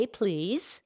please